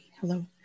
hello